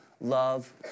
love